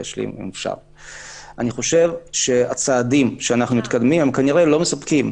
אני חושב שהצעדים שאנחנו מתקדמים הם כנראה לא מספקים.